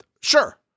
sure